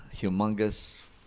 humongous